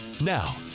Now